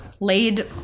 laid